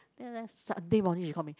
then after that Sunday morning she call me